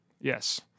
Yes